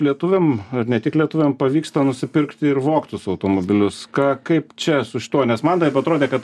lietuviam ne tik lietuviam pavyksta nusipirkti ir vogtus automobilius ką kaip čia su šituo nes man taip atrodė kad